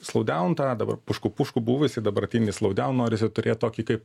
slowdown tą dabar pušku pušku buvusį dabartinį slowdown norisi turėt tokį kaip